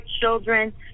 children